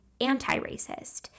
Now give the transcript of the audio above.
anti-racist